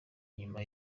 inyuma